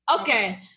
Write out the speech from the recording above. Okay